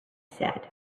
said